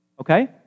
Okay